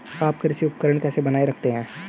आप कृषि उपकरण कैसे बनाए रखते हैं?